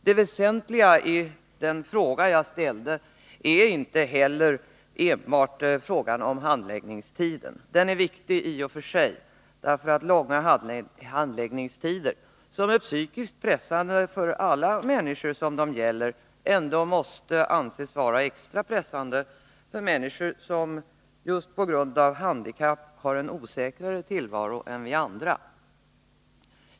Det väsentliga i den fråga jag ställde är inte heller enbart frågan om handläggningstiden. Den är i och för sig viktig, eftersom långa handläggningstider, som är psykiskt pressande för alla människor som det gäller, ändå måste anses vara extra pressande för människor som just på grund av handikapp har en osäkrare tillvaro än vi andra.